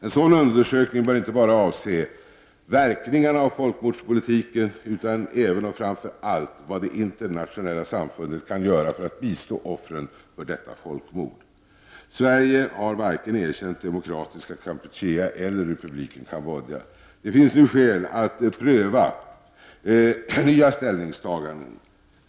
En sådan undersökning bör inte bara avse verkningarna av folkmordspolitiken utan även och framför allt vad det internationella samfundet kan göra för att bistå offren för detta folkmord. Sverige har varken erkänt demokratiska Kampuchea eller republiken Cambodja. Det finns nu skäl att pröva nya ställningstaganden.